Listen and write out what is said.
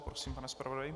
Prosím, pane zpravodaji.